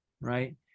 right